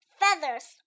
feathers